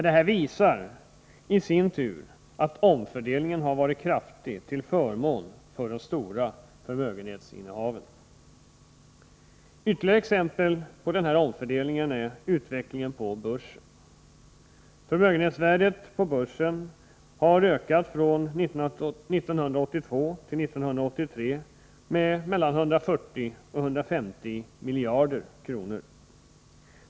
Detta visar i sin tur att omfördelningen har varit kraftig till förmån för de stora förmögenhetsinnehavarna. Ytterligare exempel på denna omfördelning är utvecklingen på börsen. Förmögenhetsvärdet på börsen har från 1982 till 1983 ökat med mellan 140 och 150 miljarder kronor.